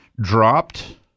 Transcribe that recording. dropped